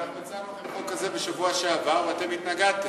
אבל אנחנו הצענו את החוק הזה בשבוע שעבר ואתם התנגדתם.